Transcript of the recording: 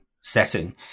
setting